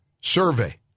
survey